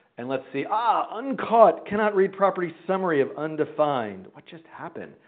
and let's see ah, uncaught, cannot read property summary of undefined. what just happened?